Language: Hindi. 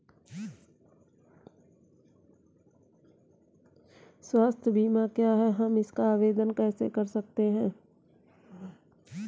स्वास्थ्य बीमा क्या है हम इसका आवेदन कैसे कर सकते हैं?